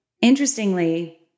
interestingly